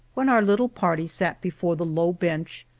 when our little party sat before the low bench,